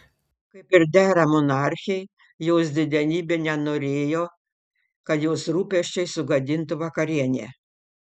kaip ir dera monarchei jos didenybė nenorėjo kad jos rūpesčiai sugadintų vakarienę